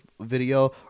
video